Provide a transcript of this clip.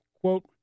Quote